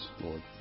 Lord